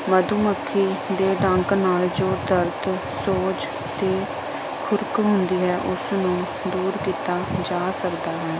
ਮਧੂ ਮੱਖੀ ਦੇ ਡੰਗ ਨਾਲ ਜੋ ਦਰਦ ਸੋਜ ਅਤੇ ਖੁਰਕ ਹੁੰਦੀ ਹੈ ਉਸ ਨੂੰ ਦੂਰ ਕੀਤਾ ਜਾ ਸਕਦਾ